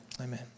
Amen